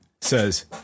says